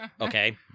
Okay